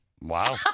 Wow